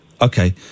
okay